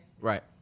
Right